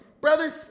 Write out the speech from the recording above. Brothers